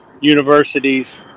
universities